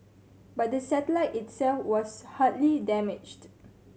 but the satellite itself was hardly damaged